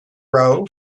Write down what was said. row